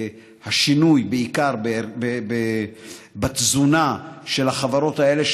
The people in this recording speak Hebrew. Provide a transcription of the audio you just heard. השינוי הוא בעיקר בתזונה של החברות האלה,